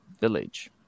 Village